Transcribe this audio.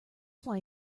fly